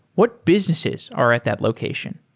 what businesses are at that location?